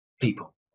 people